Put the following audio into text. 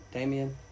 Damien